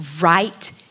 right